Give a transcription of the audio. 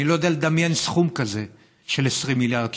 ואני לא יודע לדמיין סכום כזה של 20 מיליארד שקל.